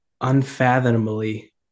unfathomably